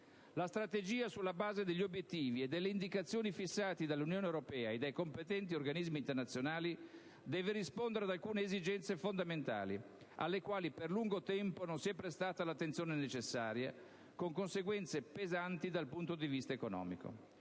La Strategia, sulla base degli obiettivi e delle indicazioni fissati dall'Unione europea e dai competenti organismi internazionali, deve rispondere ad alcune esigenze fondamentali, alle quali per lungo tempo non si è prestata l'attenzione necessaria, con conseguenze pesanti dal punto di vista economico.